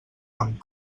amb